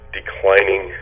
declining